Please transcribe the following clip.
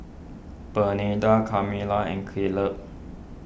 Bernardine Kamilah and Caleb